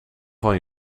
van